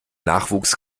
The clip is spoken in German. nachwuchs